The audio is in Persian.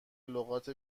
لغات